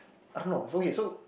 I don't know okay so